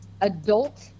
adult